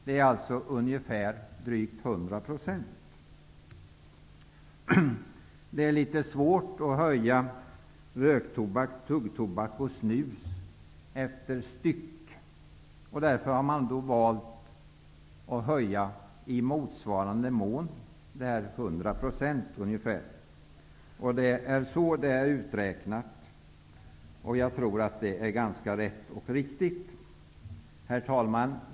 Det är litet svårt att höja skatten på röktobak, tuggtobak och snus per styck, och därför har man valt att höja skatten ''i motsvarande mån'', dvs. med ungefär 100 %. Det är så det är uträknat, och jag tror att det är ganska rätt och riktigt. Herr talman!